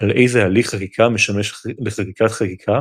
על איזה הליך חקיקה משמש לחקיקת חקיקה